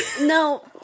No